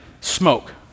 smoke